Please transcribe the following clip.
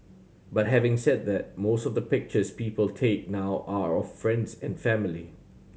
but having said that most of the pictures people take now are of friends and family